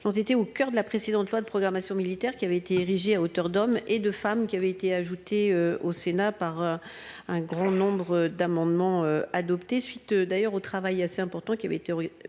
l'ont été au coeur de la précédente loi de programmation militaire qui avait été érigé à hauteur d'hommes et de femmes qui avaient été ajoutées au Sénat par. Un grand nombre d'amendements adoptés suite d'ailleurs au travail assez important qui avait été. Réalisé